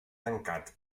tancat